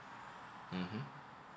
mmhmm